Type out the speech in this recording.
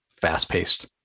fast-paced